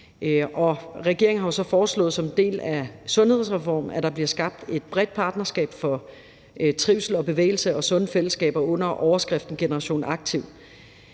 regeringen har jo så som en del af sundhedsreformen foreslået, at der bliver skabt et bredt partnerskab for trivsel og bevægelse og sunde fællesskaber under overskriften Generation Aktiv,